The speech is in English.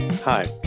Hi